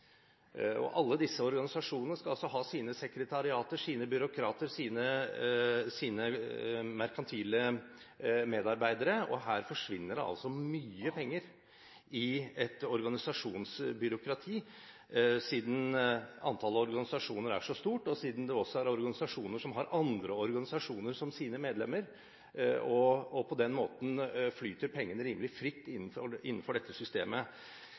år. Alle disse organisasjonene skal ha sine sekretariater, sine byråkrater, sine merkantile medarbeidere, og her forsvinner det mye penger i et organisasjonsbyråkrati siden antallet organisasjoner er så stort, og siden det også er organisasjoner som har andre organisasjoner som sin medlemmer. På den måten flyter pengene rimelig fritt innenfor dette systemet.